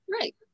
Right